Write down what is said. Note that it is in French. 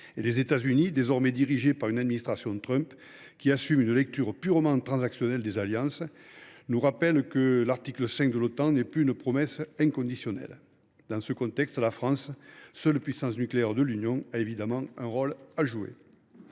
Et les États Unis, désormais dirigés par une administration désignée par Donald Trump, lequel assume une lecture purement transactionnelle des alliances, nous rappellent que l’article 5 du traité de Washington n’est plus une promesse inconditionnelle. Dans ce contexte, la France, seule puissance nucléaire de l’Union, a évidemment un rôle à jouer.